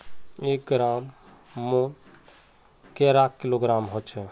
एक ग्राम मौत कैडा किलोग्राम होचे?